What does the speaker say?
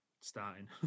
starting